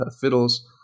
fiddles